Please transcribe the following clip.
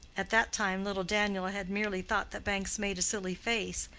at that time little daniel had merely thought that banks made a silly face,